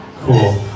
Cool